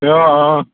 অঁ অঁ